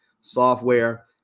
software